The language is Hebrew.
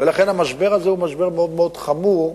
ולכן המשבר הזה הוא משבר מאוד מאוד חמור,